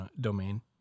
domain